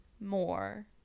more